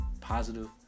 Positive